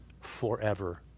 forever